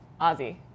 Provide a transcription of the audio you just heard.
Ozzy